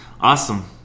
Awesome